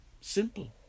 Simple